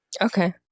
Okay